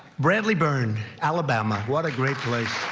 bradley burn alabama, what a great place.